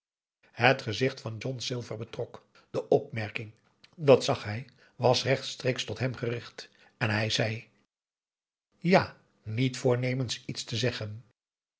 het gezicht van john silver betrok de opmerking dat zag hij was rechtstreeks tot hem gericht en hij zei ja niet voornemens verder iets te zeggen